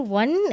one